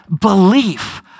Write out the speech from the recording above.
Belief